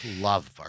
love